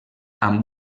amb